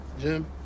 Jim